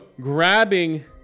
Grabbing